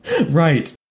Right